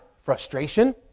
Frustration